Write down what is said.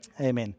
Amen